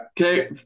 Okay